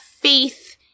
Faith